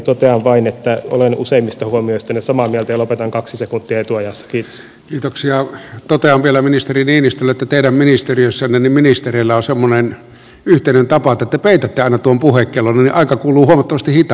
totean vain että olen useimmista huomioistanne samaa mieltä ja lopetan kaksi sekuntia etuajassafix liitoksia totean vielä ministeri niinistölle täällä ministeriössä meni ministereillä on semmonen menettelytapa tätä peitetään naton puhe kellonaika kuluu helposti etuajassa